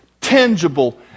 tangible